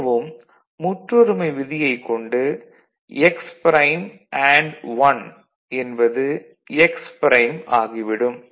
திரும்பவும் முற்றொருமை விதியைக் கொண்டு x ப்ரைம் அண்டு 1 என்பது x ப்ரைம் ஆகிவிடும்